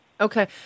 Okay